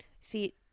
See